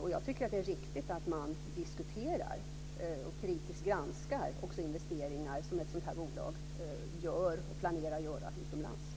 Jag tycker att det är riktigt att man diskuterar och kritiskt granskar investeringar som ett sådant här bolag gör och planerar att göra utomlands.